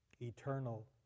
eternal